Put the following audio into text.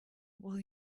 will